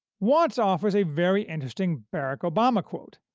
watts offers a very interesting barack obama quote,